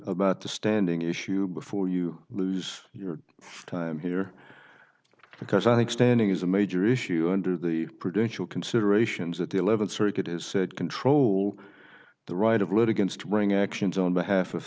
about the standing issue before you lose your time here because i think standing is a major issue under the credential considerations that the eleventh circuit is said control the right of litigants to bring actions on behalf of